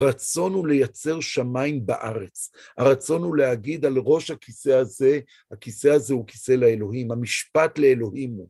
רצון הוא לייצר שמיים בארץ, רצון הוא להגיד על ראש הכיסא הזה, הכיסא הזה הוא כיסא לאלוהים, המשפט לאלוהים הוא.